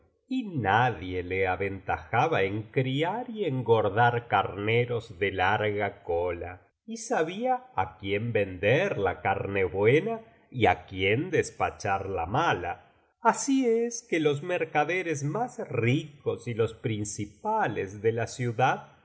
y nadie le aventajaba en criar y engordar carneros de larga cola y sabía á quién vender la carne buena y á quién despachar la mala así es que los mercaderes más ricos y los principales de la ciudad